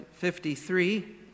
53